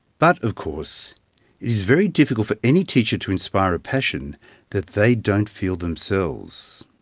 but, of course, it is very difficult for any teacher to inspire a passion that they don't feel themselves.